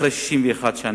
אחרי 61 שנה.